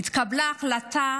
התקבלה החלטה: